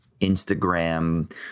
Instagram –